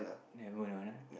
never hold on ah